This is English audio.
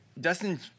Dustin